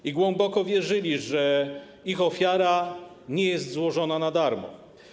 I głęboko wierzyli, że ich ofiara nie jest złożona na darmo.